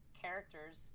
characters